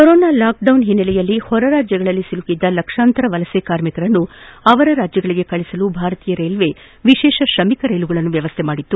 corona lockdown ಹಿನ್ನೆಲೆಯಲ್ಲಿ ಹೊರರಾಜ್ಯಗಳಲ್ಲಿ ಸಿಲುಕಿದ್ದ ಲಕ್ಷಾಂತರ ವಲಸೆ ಕಾರ್ಮಿಕರನ್ನು ಅವರ ರಾಜ್ಯಗಳಿಗೆ ಕಳಿಸಲು ಭಾರತೀಯ ರೈಲ್ವೆ ವಿಶೇಷ ತ್ರಮಿಕ್ ರೈಲುಗಳನ್ನು ವ್ಯವಸ್ಥೆ ಮಾಡಿತ್ತು